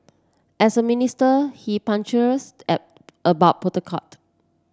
as a minister he punctilious at about protocol